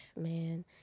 man